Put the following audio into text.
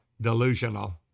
delusional